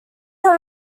told